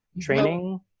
training